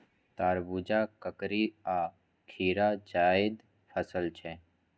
तरबुजा, ककरी आ खीरा जाएद फसल छै